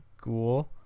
ghoul